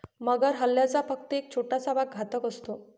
मगर हल्ल्याचा फक्त एक छोटासा भाग घातक असतो